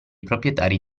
proprietari